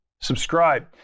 subscribe